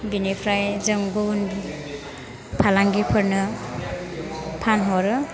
बेनिफ्राय जों बेयाव फालांगिफोरनो फानहरो